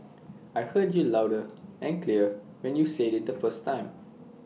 I heard you loud and clear when you said IT the first time